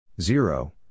Zero